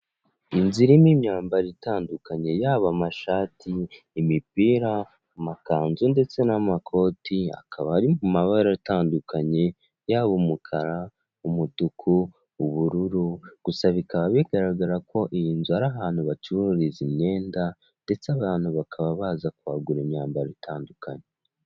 Inzu irimo imyambaro itandukanye, yaba amashati, imipira, amakanzu ndetse n'amakoti, akaba ari mu mabara atandukanye, yaba umukara, umutuku, ubururu, gusa bikaba bigaragara ko iyi inzu ari ahantu bacuruza imyenda, ndetse abantu bakaba baza kuhagura imyambaro itandukanye.